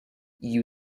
you